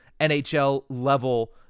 NHL-level